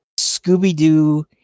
Scooby-Doo